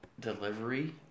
Delivery